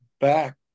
back